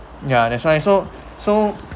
ya that's why so so